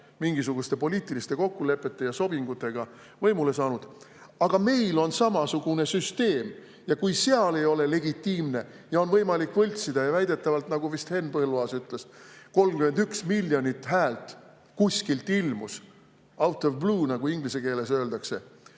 mingisuguste poliitiliste kokkulepete ja sobingutega võimule saanud. Aga meil on samasugune süsteem. Ja kui seal ei ole legitiimne, on võimalik võltsida ja väidetavalt, nagu vist Henn Põlluaas ütles, 31 miljonit häält kuskilt ilmus, out of blue, nagu inglise keeles öeldakse,